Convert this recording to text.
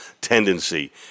tendency